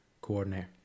coordinator